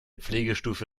pflegestufe